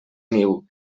niu